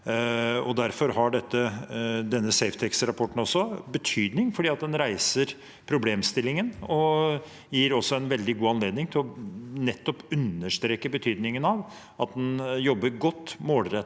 Derfor har denne Safetec-rapporten betydning, for den reiser problemstillingen og gir også en veldig god anledning til nettopp å understreke betydningen av at en jobber godt, målrettet